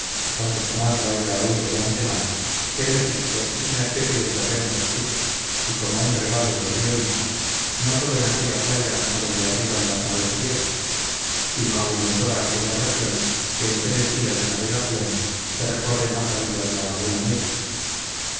aunque jamás lo haya oído de antemano que el egipto es una especie de terreno postizo y como un regalo del río mismo no solo en aquella playa a donde arriban las naves griegas sino aun en toda aquella región que en tres días de navegación se recorre más arriba de la laguna meris